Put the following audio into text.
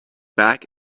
back